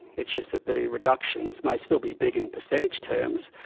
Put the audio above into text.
it's just that the reductions may still be big in percentage terms,